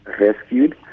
rescued